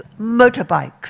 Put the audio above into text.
motorbikes